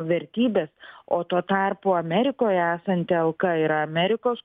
vertybės o tuo tarpu amerikoje esanti alka yra amerikos